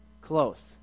Close